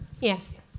Yes